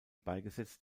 beigesetzt